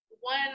one